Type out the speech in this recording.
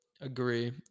agree